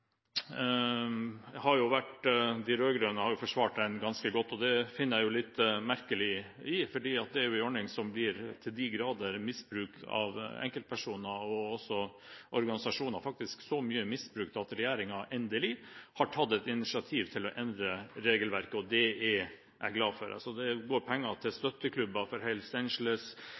de rød-grønne har jo forsvart grasrotandelen ganske godt. Det finner jeg litt merkelig, for det er en ordning som til de grader blir misbrukt av enkeltpersoner og også organisasjoner, faktisk så mye misbrukt at regjeringen endelig har tatt et initiativ til å endre regelverket. Det er jeg glad for. Det går penger til støtteklubber for